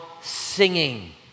singing